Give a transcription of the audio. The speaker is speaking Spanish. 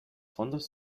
fondos